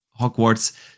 Hogwarts